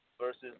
Versus